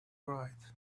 write